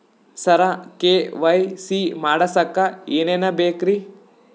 ಸರ KYC ಮಾಡಸಕ್ಕ ಎನೆನ ಬೇಕ್ರಿ?